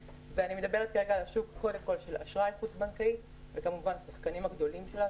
ובוועדת בכר עשינו תחרות על העסקים הגדולים,